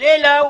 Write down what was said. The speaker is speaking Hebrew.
בטילי לאו